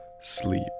sleep